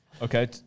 Okay